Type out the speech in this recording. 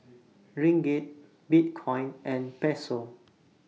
Ringgit Bitcoin and Peso